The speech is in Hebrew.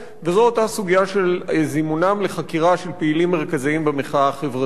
זו הסוגיה של זימונם לחקירה של פעילים מרכזיים במחאה החברתית.